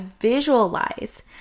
visualize